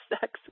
sex